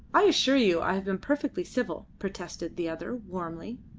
i assure you i have been perfectly civil, protested the other warmly.